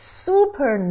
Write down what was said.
super